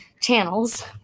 channels